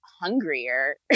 hungrier